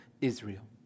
Israel